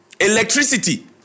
Electricity